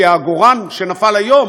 כי העגורן שנפל היום